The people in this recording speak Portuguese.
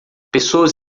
pessoas